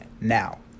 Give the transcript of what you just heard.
now